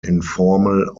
informal